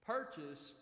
Purchase